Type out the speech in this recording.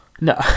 No